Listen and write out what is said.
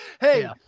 Hey